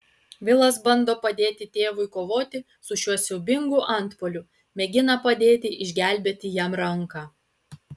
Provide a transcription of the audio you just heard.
vilas bando padėti tėvui kovoti su šiuo siaubingu antpuoliu mėgina padėti išgelbėti jam ranką